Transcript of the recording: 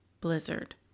blizzard